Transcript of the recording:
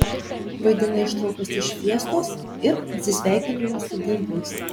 vaidina ištraukas iš fiestos ir atsisveikinimo su ginklais